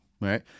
right